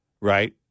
right